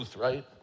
right